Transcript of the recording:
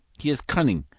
he is cunning,